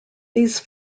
these